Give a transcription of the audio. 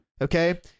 Okay